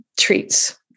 treats